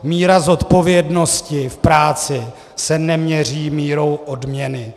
Míra zodpovědnosti v práci se neměří mírou odměny.